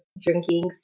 drinking